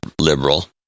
liberal